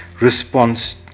response